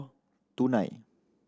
two nine